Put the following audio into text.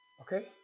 Okay